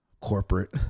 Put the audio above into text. corporate